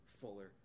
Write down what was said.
fuller